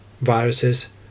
viruses